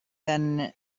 than